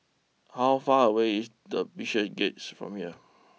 how far away is the Bishopsgate's from here